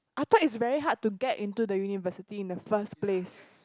I thought it's very hard to get into the university in the first place